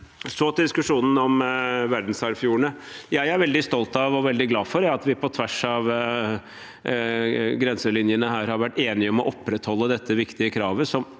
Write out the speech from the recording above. Så til diskusjonen om verdensarvfjordene. Jeg er veldig stolt av og veldig glad for at vi på tvers av grenselinjene her har vært enige om å opprettholde dette viktige kravet,